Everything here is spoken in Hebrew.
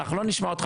אנחנו לא נשמע אותך,